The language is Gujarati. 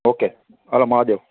ઓકે હાલો મહાદેવ